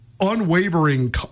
unwavering